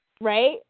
Right